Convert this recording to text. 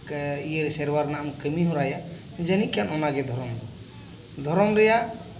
ᱤᱭᱟᱹ ᱥᱮᱨᱣᱟ ᱨᱮᱱᱟᱜ ᱮᱢ ᱠᱟᱹᱢᱤ ᱦᱚᱨᱟᱭᱟ ᱡᱟᱹᱱᱤᱡ ᱠᱷᱟᱱ ᱚᱱᱟᱜᱮ ᱫᱷᱚᱨᱚᱢ ᱫᱚ ᱫᱷᱚᱨᱚᱢ ᱨᱮᱭᱟᱜ